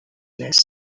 més